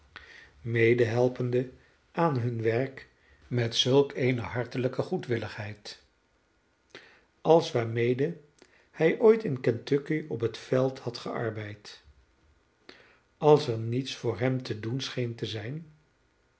medehelpende aan hun werk met zulk eene hartelijke goedwilligheid als waarmede hij ooit in kentucky op het veld had gearbeid als er niets voor hem te doen scheen te zijn